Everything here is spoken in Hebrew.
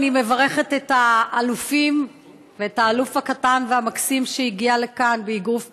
אני מברכת את האלופים ואת האלוף באגרוף תאילנדי,